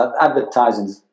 advertising